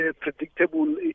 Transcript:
predictable